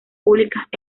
públicas